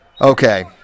okay